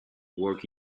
worked